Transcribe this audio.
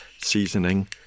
seasoning